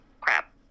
crap